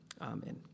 amen